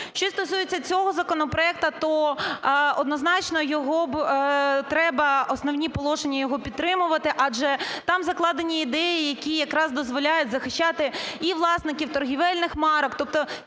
Що стосується цього законопроекту, то однозначно його б треба, основні положення його підтримувати, адже там закладені ідеї, які якраз дозволяють захищати і власників торгівельних марок, тобто